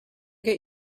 get